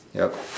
yup